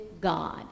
God